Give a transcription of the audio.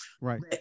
right